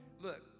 Look